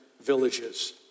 villages